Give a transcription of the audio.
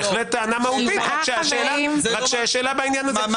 תענה לי הערה מהותית אחת שאתה או חבריך אמרתם.